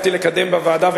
על שתי בירות בירושלים,